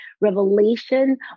revelation